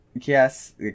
Yes